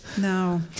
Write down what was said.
No